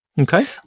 Okay